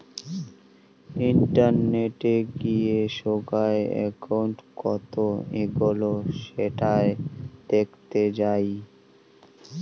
ইন্টারনেটে গিয়ে সোগায় একউন্ট কত এগোলো সেটা দেখতে যাই